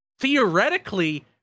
theoretically